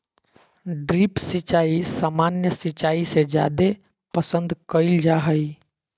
drip सिंचाई सामान्य सिंचाई से जादे पसंद कईल जा हई